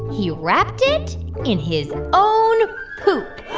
he wrapped it in his own poop